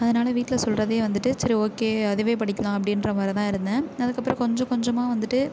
அதனால் வீட்டில் சொல்கிறதே வந்துட்டு சரி ஓகே அதுவே படிக்கலாம் அப்படின்ற மாதிரிதான் இருந்தேன் அதுக்கப்புறம் கொஞ்சம் கொஞ்சமாக வந்துட்டு